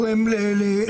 שזה גורם לי לעצב.